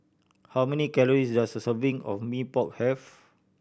how many calories does a serving of Mee Pok have